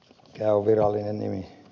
jo virallinen nimi